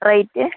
rate